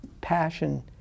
passion